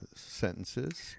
Sentences